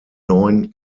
neun